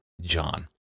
John